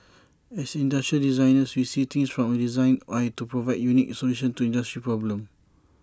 as industrial designers we see things from A designer's eye to provide unique solutions to industry problems